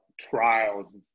trials